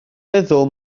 meddwl